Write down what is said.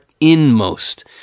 inmost